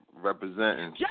Representing